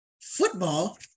Football